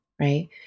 right